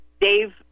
dave